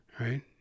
Right